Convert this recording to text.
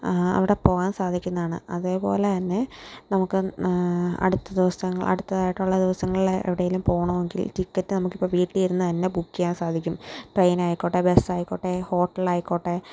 അവിടെ പോകാൻ സാധിക്കുന്നതാണ് അതേപോലെതന്നെ നമുക്ക് അടുത്ത ദിവസം അടുത്തതായിട്ടുള്ള ദിവസങ്ങളിലെ എവിടെയെങ്കിലും പോകണമെങ്കിൽ ടിക്കറ്റ് നമുക്കിപ്പം വീട്ടിൽ ഇരുന്ന് തന്നെ ബുക്ക് ചെയ്യാൻ സാധിക്കും ട്രെയിനായിക്കോട്ടെ ബസ്സായിക്കോട്ടെ ഹോട്ടലായിക്കോട്ടെ